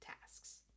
tasks